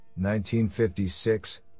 1956